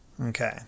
Okay